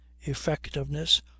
effectiveness